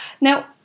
Now